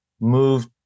move